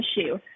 issue